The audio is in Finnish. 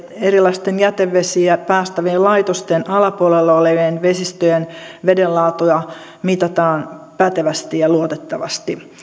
erilaisten jätevesiä päästävien laitosten alapuolella olevien vesistöjen veden laatua mitataan pätevästi ja luotettavasti